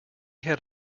had